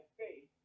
faith